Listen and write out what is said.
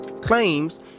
claims